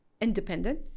independent